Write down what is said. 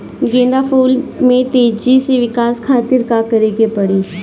गेंदा के फूल में तेजी से विकास खातिर का करे के पड़ी?